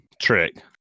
trick